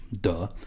duh